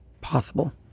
possible